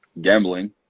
gambling